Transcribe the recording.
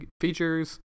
features